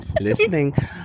Listening